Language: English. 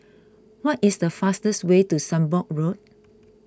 what is the fastest way to Sembong Road